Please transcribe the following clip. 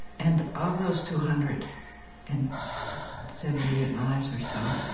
and of those two hundred and seventy eight lives or so,